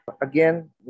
again